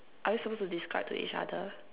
are we supposed to describe to each other